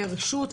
לרשות,